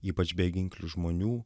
ypač beginklių žmonių